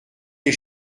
les